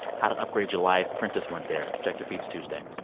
how to upgrade your life. prentice went there. check your feeds tuesday,